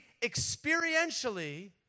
experientially